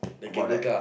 about that